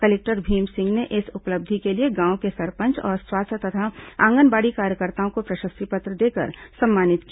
collector Bhim Singh ने इस उपलब्धि के लिए गांव के सरपंच और स्वास्थ्य तथा आंगनबाड़ी कार्यकर्ताओं को प्रशस्ति पत्र देकर सम्मानित किया